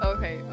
Okay